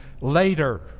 later